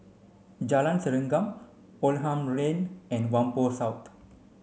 Jalan Serengam Oldham Lane and Whampoa South